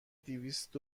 دویست